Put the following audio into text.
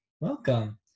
welcome